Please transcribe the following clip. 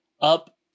up